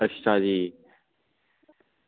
अच्छा जी